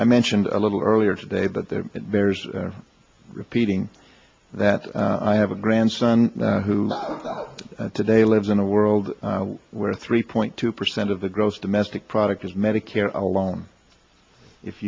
i mentioned a little earlier today but there's repeating that i have a grandson who today lives in a world where three point two percent of the gross domestic product is medicare alone if